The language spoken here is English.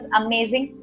amazing